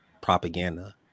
propaganda